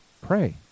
Pray